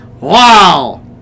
Wow